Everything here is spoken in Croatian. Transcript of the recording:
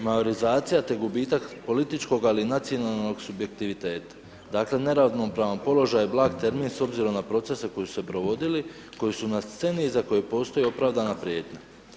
majorizacija, te gubitak političkog, ali i nacionalnog subjektiviteta, dakle neravnopravan položaj je blag termin s obzirom na procese koji su se provodili, koji su na sceni i za koje postoje opravdana prijetnja.